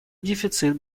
дефицит